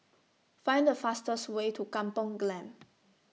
Find The fastest Way to Kampung Glam